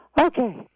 Okay